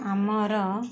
ଆମର